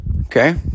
Okay